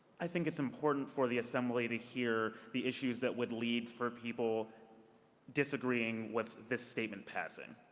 i think it's important for the assembly to hear the issues that would lead for people disagreeing with the statement passing.